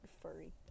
furry